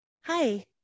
Hi